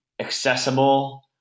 accessible